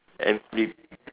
every